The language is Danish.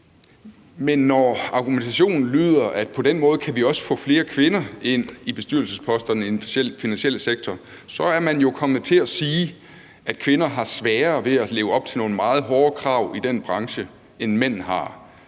Men når argumentationen lyder, at på den måde kan vi også få flere kvinder ind på bestyrelsesposterne i den finansielle sektor, så er man jo kommet til at sige, at kvinder har sværere ved at leve op til nogle meget hårde krav i den branche, end mænd har,